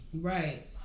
right